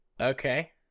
Okay